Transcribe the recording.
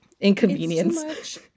inconvenience